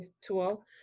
tool